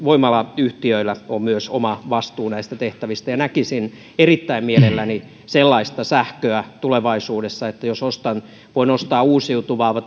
voimalayhtiöillä on myös oma vastuunsa näistä tehtävistä näkisin erittäin mielelläni sellaista sähköä tulevaisuudessa voin ostaa uusiutuvaa